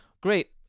great